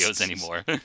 anymore